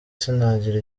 sinagira